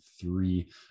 three